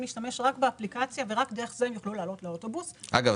להשתמש רק באפליקציה ורק דרך זה הם יכולים לעלות לאוטובוס -- אגב,